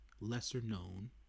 lesser-known